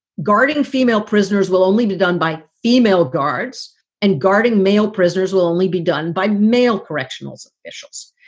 guarding female prisoners will only be done by female guards and guarding male prisoners will only be done by male correctional officials.